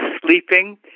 sleeping